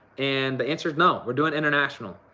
and the answer is no. we're doing international.